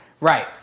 right